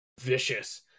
vicious